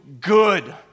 good